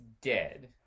dead